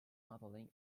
modeling